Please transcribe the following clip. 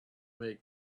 make